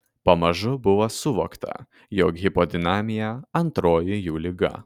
pamažu buvo suvokta jog hipodinamija antroji jų liga